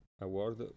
award